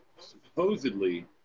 supposedly